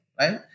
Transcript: right